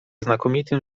znakomitym